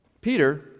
Peter